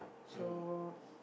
so